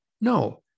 No